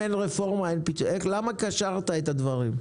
למה קשרת את הדברים?